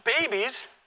Babies